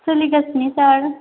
सोलिगासिनो सार